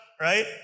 right